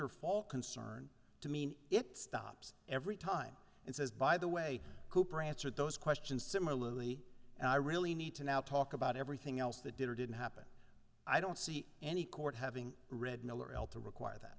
or fall concern to mean it stops every time and says by the way cooper answered those questions similarly and i really need to now talk about everything else that did or didn't happen i don't see any court having read miller l to require that